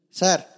sir